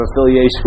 affiliation